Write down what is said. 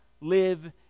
live